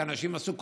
כי הנשים עסוקות